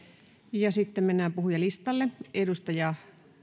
ja sitten mennään puhujalistalle edustaja